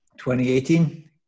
2018